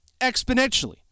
exponentially